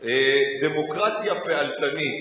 "דמוקרטיה פעלתנית".